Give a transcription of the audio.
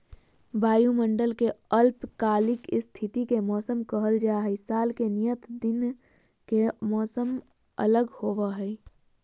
वायुमंडल के अल्पकालिक स्थिति के मौसम कहल जा हई, साल के नियत दिन के मौसम अलग होव हई